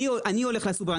אני הולך לסופר,